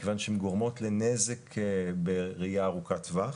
מכיוון שהן גורמות לנזק בראייה ארוכת טווח.